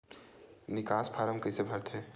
निकास फारम कइसे भरथे?